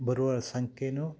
ಬರುವರ ಸಂಖ್ಕೆನು